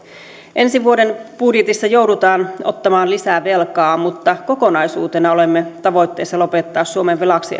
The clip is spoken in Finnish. ensi vuoden budjetissa joudutaan ottamaan lisää velkaa mutta kokonaisuutena olemme tavoitteessa lopettaa suomen velaksi